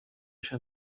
się